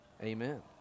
Amen